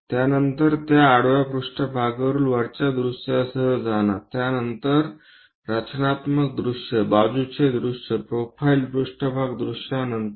त्यानंतर त्या आडवा पृष्ठभागावरील वरच्या दृश्यासह जा त्या नंतर रचनात्मक दृश्य बाजूचे दृश्य प्रोफाइल पृष्ठभाग दृश्य नंतर